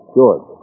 George